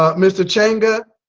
ah mr. changa,